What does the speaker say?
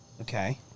Okay